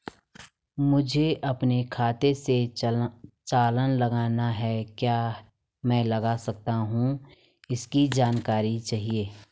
मुझे अपने खाते से चालान लगाना है क्या मैं लगा सकता हूँ इसकी जानकारी चाहिए?